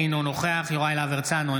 אינו נוכח יוראי להב הרצנו,